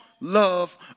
love